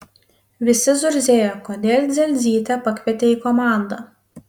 visi zurzėjo kodėl dzelzytę pakvietė į komandą